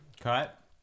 cut